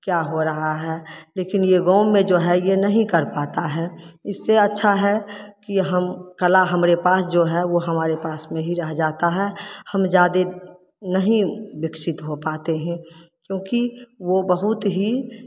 क्या हो रहा है लेकिन ये गाँव में जो है ये नहीं कर पाता है इससे अच्छा है कि हम कला हमरे पास जो है वो हमारे पास में ही रह जाता है हम ज़्यादे नहीं विकसित हो पाते हैं क्योंकि वो बहुत ही